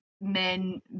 men